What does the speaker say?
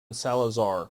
salazar